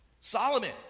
Solomon